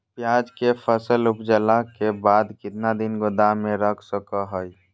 प्याज के फसल उपजला के बाद कितना दिन गोदाम में रख सको हय?